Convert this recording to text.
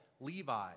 Levi